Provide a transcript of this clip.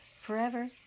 Forever